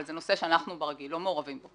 אבל זה נושא שאנחנו ברגיל לא מעורבים בו.